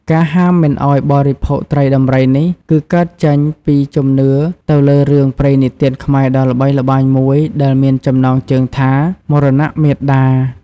ការហាមមិនឱ្យបរិភោគត្រីដំរីនេះ គឺកើតចេញពីជំនឿទៅលើរឿងព្រេងនិទានខ្មែរដ៏ល្បីល្បាញមួយដែលមានចំណងជើងថា «មរណៈមាតា»។